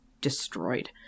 destroyed